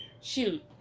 Shoot